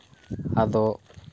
ᱟᱫᱚ